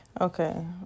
Okay